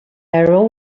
arrow